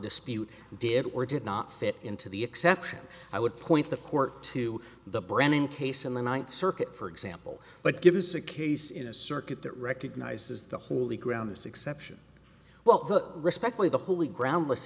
dispute did or did not fit into the exception i would point the court to the branding case in the ninth circuit for example but give us a case in a circuit that recognizes the holy ground as exception well the respectfully the holy ground less